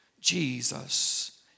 Jesus